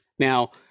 Now